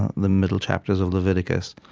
the middle chapters of leviticus,